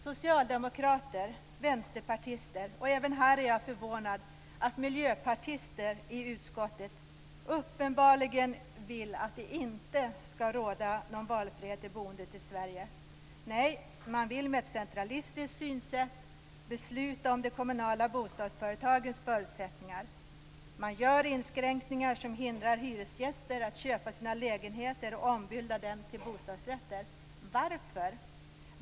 Socialdemokrater, vänsterpartister och - även här är jag förvånad - miljöpartister i utskottet vill uppenbarligen inte att det skall råda valfrihet i boendet i Sverige. Nej, man vill med ett centralistiskt synsätt besluta om de kommunala bostadsföretagens förutsättningar. Man gör inskränkningar som hindrar hyresgäster att köpa sina lägenheter och ombilda dem till bostadsrätter. Varför?